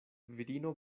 virino